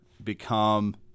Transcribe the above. become